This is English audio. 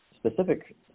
specific